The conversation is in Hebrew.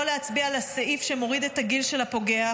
להצביע על הסעיף שמוריד את הגיל של הפוגע,